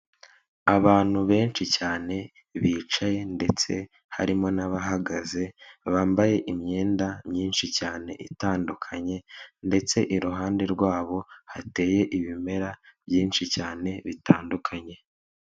Abantu benshi cyane bicaye ndetse harimo n'abahagaze, bambaye imyenda myinshi cyane itandukanye ndetse iruhande rwabo hateye ibimera byinshi cyane bitandukanye.